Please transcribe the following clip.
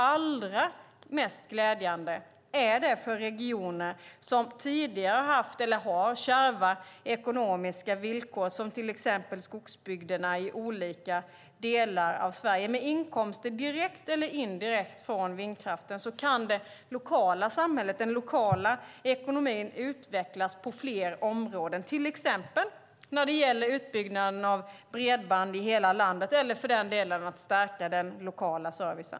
Allra mest glädjande är det för regioner som tidigare har haft eller har kärva ekonomiska villkor, som skogsbygderna i olika delar av Sverige. Med inkomster direkt eller indirekt från vindkraften kan det lokala samhället och den lokala ekonomin utvecklas på fler områden, till exempel när det gäller utbyggnaden av bredband i hela landet eller för den delen att stärka den lokala servicen.